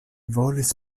volis